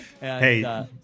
Hey